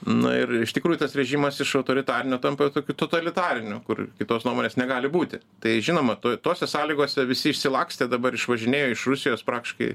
na ir iš tikrųjų tas režimas iš autoritarinio tampa tokiu totalitariniu kur kitos nuomonės negali būti tai žinoma toje tose sąlygose visi išsilakstė dabar išvažinėjo iš rusijos praktiškai